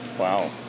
Wow